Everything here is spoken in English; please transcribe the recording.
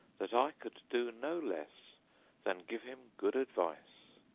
that i could do no less than give him good advice.